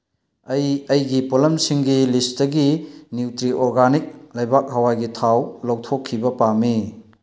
ꯑꯩ ꯑꯩꯒꯤ ꯄꯣꯠꯂꯝꯁꯤꯡꯒꯤ ꯂꯤꯁꯇꯒꯤ ꯅ꯭ꯌꯨꯇ꯭ꯔꯤ ꯑꯣꯔꯒꯥꯅꯤꯛ ꯂꯩꯕꯥꯛ ꯍꯋꯥꯏꯒꯤ ꯊꯥꯎ ꯂꯧꯊꯣꯛꯈꯤꯕ ꯄꯥꯝꯃꯤ